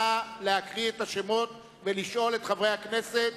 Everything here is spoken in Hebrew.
נא לקרוא את השמות ולשאול את חברי הכנסת